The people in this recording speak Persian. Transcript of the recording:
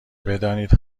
بدانید